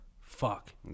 fuck